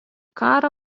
karą